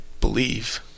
believe